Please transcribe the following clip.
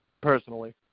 Personally